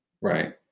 right